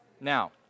Now